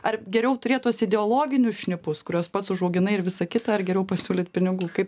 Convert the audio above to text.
ar geriau turėt tuos ideologinius šnipus kuriuos pats užauginai ir visa kita ar geriau pasiūlyt pinigų kaip